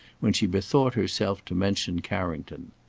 when she bethought herself to mention carrington.